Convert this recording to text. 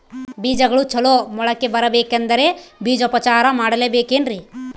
ಬೇಜಗಳು ಚಲೋ ಮೊಳಕೆ ಬರಬೇಕಂದ್ರೆ ಬೇಜೋಪಚಾರ ಮಾಡಲೆಬೇಕೆನ್ರಿ?